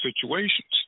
situations